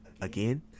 again